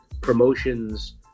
promotions